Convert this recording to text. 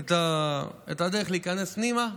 את הדרך להיכנס פנימה,